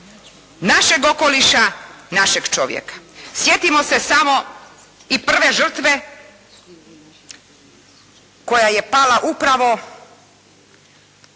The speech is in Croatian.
našeg okoliša, našeg čovjeka. Sjetimo se samo i prve žrtve koja je pala upravo